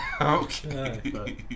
Okay